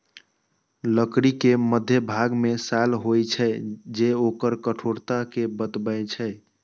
लकड़ी के मध्यभाग मे साल होइ छै, जे ओकर कठोरता कें बतबै छै